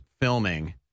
filming